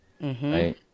Right